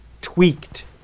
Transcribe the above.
tweaked